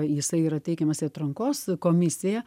jisai yra teikiamas į atrankos komisiją